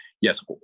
yes